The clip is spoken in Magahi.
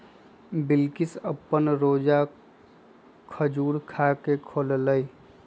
बिलकिश अप्पन रोजा खजूर खा के खोललई